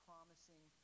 promising